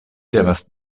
devas